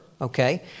Okay